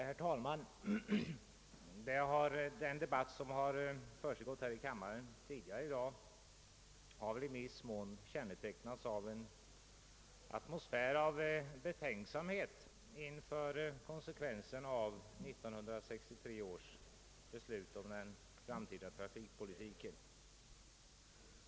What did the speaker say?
Herr talman! Den debatt som förts här i kammaren tidigare i dag har i viss mån kännetecknats av en atmosfär av betänksamhet inför konsekvenserna av 1963 års beslut om den framtida trafikpolitiken.